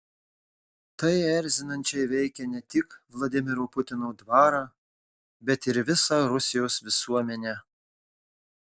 tai erzinančiai veikia ne tik vladimiro putino dvarą bet ir visą rusijos visuomenę